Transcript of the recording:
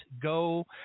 go